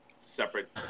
separate